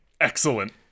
Excellent